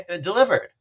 delivered